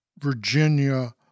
Virginia